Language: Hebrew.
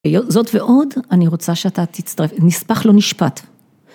זאת ועוד אני רוצה שאתה תצטרף, נספח לא נשפט.